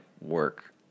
work